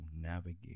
navigate